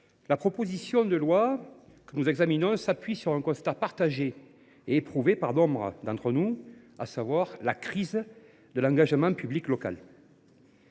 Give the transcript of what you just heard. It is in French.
la proposition de loi que nous examinons s’appuie sur un constat partagé et éprouvé par nombre d’entre nous : la crise de l’engagement public local.